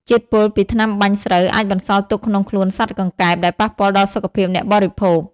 ជាតិពុលពីថ្នាំបាញ់ស្រូវអាចបន្សល់ទុកក្នុងខ្លួនសត្វកង្កែប ដែលប៉ះពាល់ដល់សុខភាពអ្នកបរិភោគ។